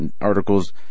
articles